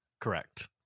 correct